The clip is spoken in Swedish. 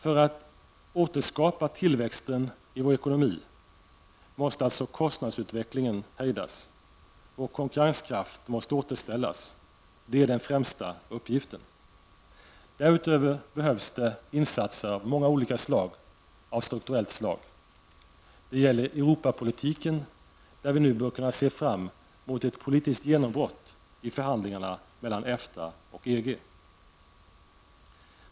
För att återskapa tillväxten i vår ekonomi måste vi alltså hejda kostnadsutvecklingen. Vår konkurrenskraft måste återställas. Detta är den främsta uppgiften. Därutöver behövs insatser av många olika slag av strukturell art. Det gäller Europapolitiken, där vi nu bör kunna se fram emot ett politiskt genombrott i förhandlingarna mellan EFTA och EG.